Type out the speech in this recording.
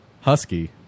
Husky